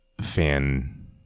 fan